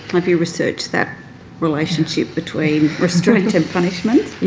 have you researched that relationship between restraint and punishment?